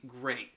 great